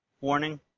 warning